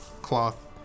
Cloth